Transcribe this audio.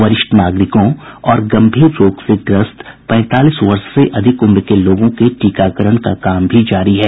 वरिष्ठ नागरिकों और गंभीर रोग से ग्रस्त पैंतालीस वर्ष से अधिक उम्र के लोगों के टीकाकरण का काम भी जारी है